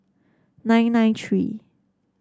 nine nine three